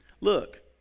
Look